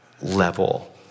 level